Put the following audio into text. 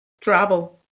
Travel